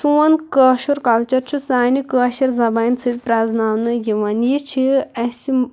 سون کٲشُر کلچر چھُ سانہِ کٲشٕر زبانہِ سۭتۍ پرٛزناونہٕ یِوان یہِ چھِ اَسہِ